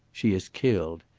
she is killed.